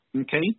Okay